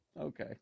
Okay